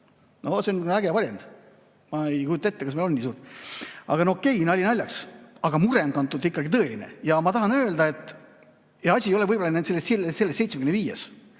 No see on äge varjend, ma ei kujuta ette, kas meil on nii suurt. Okei, nali naljaks, aga mure on ikkagi tõeline. Ma tahan öelda, et asi ei ole võib-olla selles